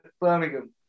Birmingham